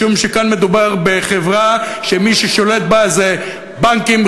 משום שכאן מדובר בחברה שמי ששולט בה זה בנקים,